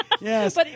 Yes